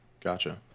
gotcha